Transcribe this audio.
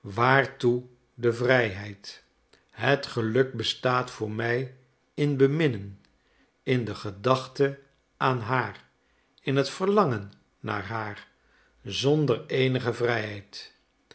waartoe de vrijheid het geluk bestaat voor mij in beminnen in de gedachte aan haar in het verlangen naar haar zonder eenige vrijheid